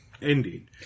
Indeed